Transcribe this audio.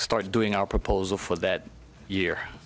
started doing our proposal for that year